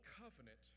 covenant